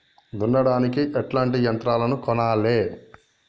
దున్నడానికి ఎట్లాంటి యంత్రాలను కొనాలే?